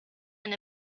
and